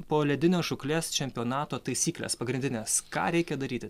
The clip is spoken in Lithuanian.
poledinės žūklės čempionato taisyklės pagrindinės ką reikia daryti